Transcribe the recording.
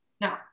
no